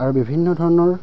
আৰু বিভিন্ন ধৰণৰ